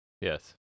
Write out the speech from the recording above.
Yes